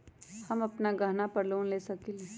हम अपन गहना पर लोन ले सकील?